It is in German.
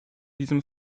diesem